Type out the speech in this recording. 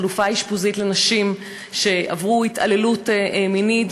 חלופה אשפוזית לנשים שעברו התעללות מינית